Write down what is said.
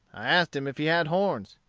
i asked him if he had horns.